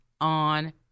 on